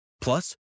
Plus